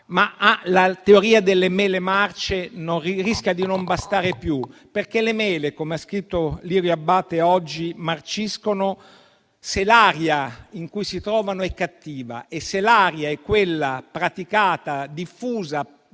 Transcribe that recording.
Ma la teoria delle mele marce rischia di non bastare più, perché le mele - come ha scritto Lirio Abbate oggi - marciscono se l'aria in cui si trovano è cattiva; e se l'aria è quella praticata, diffusa